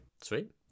Sweet